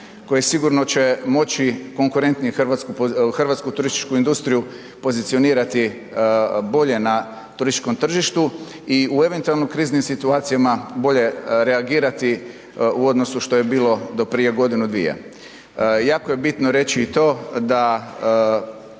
koji će sigurno moći konkurentnije hrvatsku turističku industriju pozicionirati bolje na turističkom tržištu i u eventualno kriznim situacijama bolje reagirati u odnosu što je bilo do prije godinu, dvije. Jako je bitno reći i to da